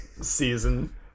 season